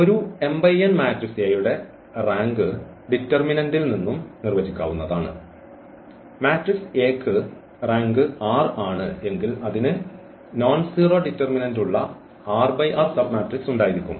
ഒരു matrix A യുടെ rank ഡിറ്റർമിനന്റിൽ നിന്നും നിർവചിക്കാവുന്നതാണ് മാട്രിക്സ് A ക്ക് റാങ്ക് r ആണ് എങ്കിൽ അതിന് നോൺസെറോ ഡിറ്റർമിനന്റ് ഉള്ള സബ്മാട്രിക്സ് ഉണ്ടായിരിക്കും